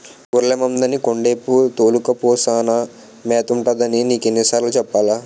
గొర్లె మందని కొండేపు తోలుకపో సానా మేతుంటదని నీకెన్ని సార్లు సెప్పాలా?